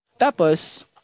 tapos